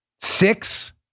six